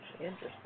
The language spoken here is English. interesting